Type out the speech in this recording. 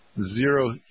zero